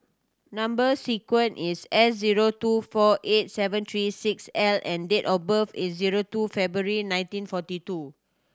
number sequence is S zero two four eight seven three six L and date of birth is zero two February nineteen forty two